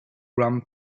rum